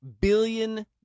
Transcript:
billion